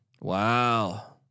Wow